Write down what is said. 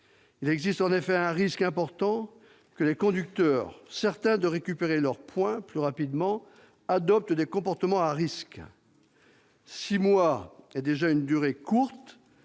Il existe en effet un risque important que les conducteurs, certains de récupérer leurs points plus rapidement, adoptent des comportements à risque. La durée de six mois est déjà courte,